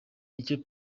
icyo